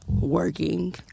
working